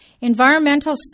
Environmental